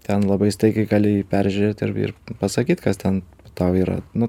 ten labai staigiai gali jį peržiūrėt ir ir pasakyt kas ten tau yra nu